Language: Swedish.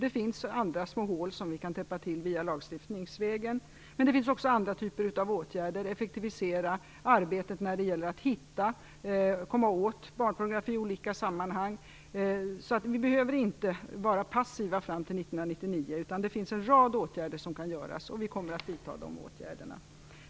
Det finns andra små hål som vi kan täppa till lagstiftningsvägen. Men det finns också andra typer av åtgärder för att effektivisera arbetet när det gäller att komma åt barnpornografi i olika sammanhang. Vi behöver inte vara passiva fram till 1999, utan det finns en rad åtgärder som kan vidtas, och vi kommer att vidta de åtgärderna.